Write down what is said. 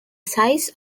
size